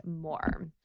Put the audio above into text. more